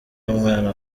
w’umwana